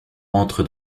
entre